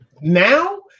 now